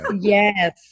yes